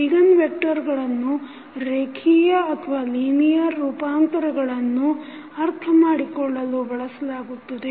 eigen ವೆಕ್ಟರ್ಗಳನ್ನು ರೇಖಿಯ ರೂಪಾಂತರಗಳನ್ನು ಅರ್ಥಮಾಡಿಕೊಳ್ಳಲು ಬಳಸಲಾಗುತ್ತದೆ